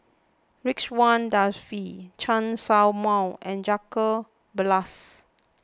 Ridzwan Dzafir Chen Show Mao and Jacob Ballas